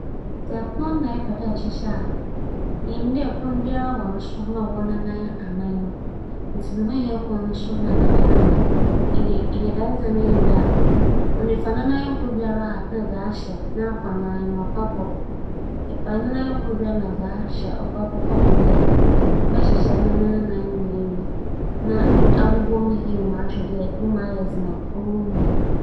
Sɛ mepɛ dɛ mekeka biribi a "ͻarpenter" bi ayɛ bi bobͻ mu a, dza meyɛ nye dɛ krataa a wͻdze hyɛ ho a ͻkyerɛ mbrɛ wosi hyehyɛ no na mefa na mekenkan. Mekenkan a, mbrɛ wobesi akyerɛ me na mebɛyɛ osiandɛ obi a ͻyɛɛ no na onyim mbrɛ ͻwͻ dɛ mefa do meyɛ ntsi emi mara munntum mmfa me nyansaa nnyɛ no kɛkɛ gyedɛ m'akenkan mbrɛ mebesi ahyehyɛ no ansaana.